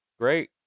great